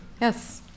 yes